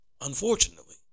Unfortunately